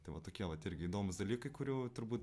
tai vat tokie vat irgi įdomūs dalykai kurių turbūt